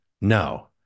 No